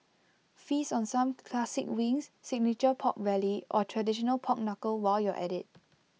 feast on some classic wings signature Pork Belly or traditional pork Knuckle while you're at IT